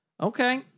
Okay